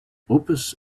opus